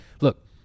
Look